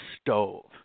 stove